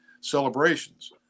celebrations